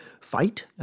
fight